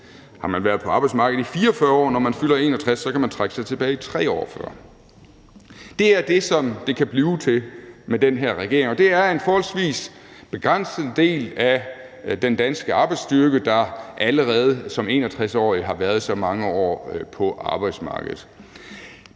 Har man været på arbejdsmarkedet i 44 år, når man fylder 61, kan man trække sig tilbage 3 år før. Det er det, som det kan blive til med den her regering, og det er en forholdsvis begrænset del af den danske arbejdsstyrke, der allerede som 61-årig har været så mange år på arbejdsmarkedet.